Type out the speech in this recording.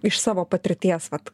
iš savo patirties vat